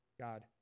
God